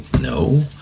No